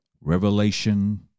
Revelation